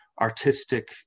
artistic